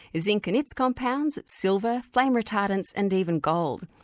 zinc and its compounds, silver, flame retardants, and even gold.